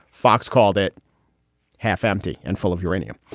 fox called it half empty and full of uranium.